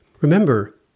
Remember